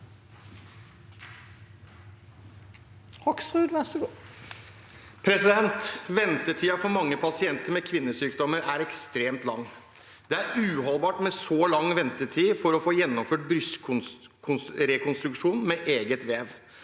Hoksrud (FrP) «Ventetiden for mange pasienter med kvinnesykdommer er ekstremt lange. Det er uholdbart med så lange ventetider for å få gjennomført brystrekonstruksjon med eget vev,